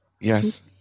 yes